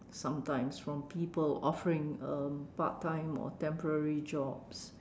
sometimes from people offering a part time or temporary jobs